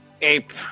ape